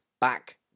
back